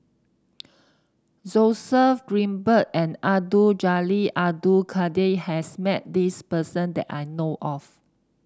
Joseph Grimberg and Abdul Jalil Abdul Kadir has met this person that I know of